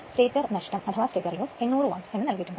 stator നഷ്ടം 800 watts എന്ന് നൽകിയിട്ടുണ്ട്